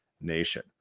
nation